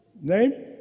Name